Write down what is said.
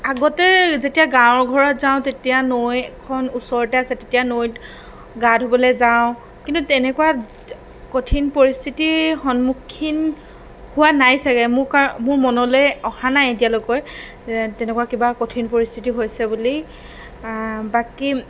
আগতে যেতিয়া গাঁৱৰ ঘৰত যাওঁ তেতিয়া নৈখন ওচৰতে আছে তেতিয়া নৈত গা ধুবলৈ যাওঁ কিন্তু তেনেকুৱা কঠিন পৰিস্থিতিৰ সন্মুখীন হোৱা নাই চাগে মোৰ কাৰ মোৰ মনলৈ অহা নাই এতিয়ালৈকে যে তেনেকুৱা কিবা কঠিন পৰিস্থিতি হৈছে বুলি বাকী